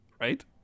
right